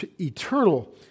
eternal